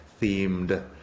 themed